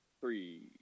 Three